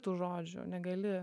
tų žodžių negali